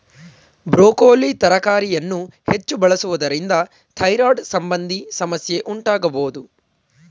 broccoli ತರಕಾರಿಯನ್ನು ಹೆಚ್ಚು ಬಳಸುವುದರಿಂದ ಥೈರಾಯ್ಡ್ ಸಂಬಂಧಿ ಸಮಸ್ಯೆ ಉಂಟಾಗಬೋದು